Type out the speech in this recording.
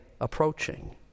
approaching